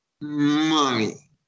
money